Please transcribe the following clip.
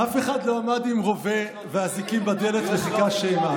"אף אחד לא עמד עם רובה ואזיקים בדלת וחיכה שאמעד".